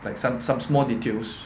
like some some small details